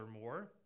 more